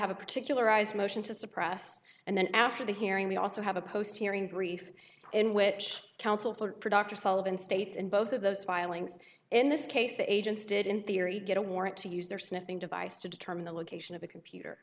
have a particular eyes motion to suppress and then after the hearing we also have a post hearing brief in which counsel for dr sullivan states in both of those filings in this case the agents did in theory get a warrant to use their sniffing device to determine the location of a computer